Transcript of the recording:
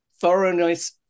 thoroughness